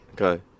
Okay